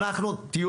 אנחנו לא